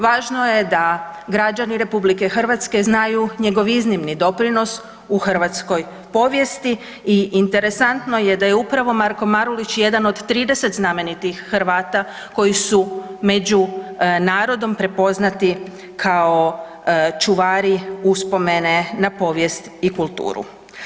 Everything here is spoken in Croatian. Važno je da građani RH znaju njegov iznimni doprinos u hrvatskoj povijesti i interesantno je da je upravo Marko Marulić jedan od 30 znamenitih Hrvata koji su među narodom prepoznati kao čuvari uspomene na povijest i kulturu.